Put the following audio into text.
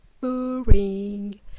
boring